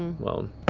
and well,